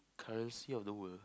currency of the world